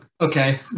Okay